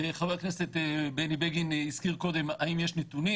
חבר הכנסת בני בגין הזכיר קודם האם יש נתונים.